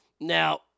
Now